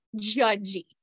judgy